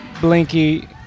Blinky